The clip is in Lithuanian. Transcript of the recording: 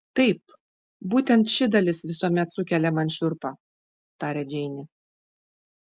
taip būtent ši dalis visuomet sukelia man šiurpą tarė džeinė